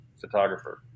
photographer